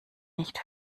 nicht